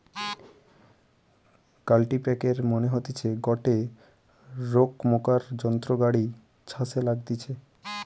কাল্টিপ্যাকের মানে হতিছে গটে রোকমকার যন্ত্র গাড়ি ছাসে লাগতিছে